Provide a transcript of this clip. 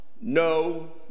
No